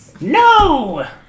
No